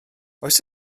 oes